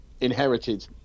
inherited